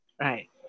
Right